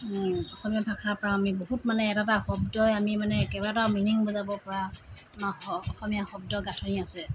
অসমীয়া ভাষাৰ পৰা আমি বহুত মানে এটা এটা শব্দই আমি মানে কেইবাটাও মিনিং বুজাব পৰা আমাৰ অসমীয়া শব্দ গাঁথনি আছে